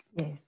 yes